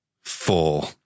four